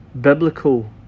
biblical